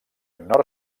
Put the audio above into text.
nord